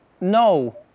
No